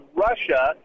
Russia